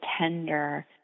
tender